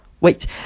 Wait